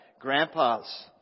grandpas